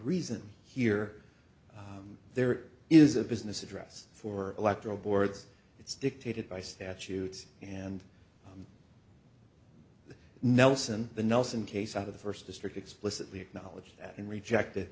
reason here there is a business address for electoral boards it's dictated by statute and nelson the nelson case out of the first district explicitly acknowledged that and rejected